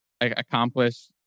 accomplish